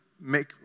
make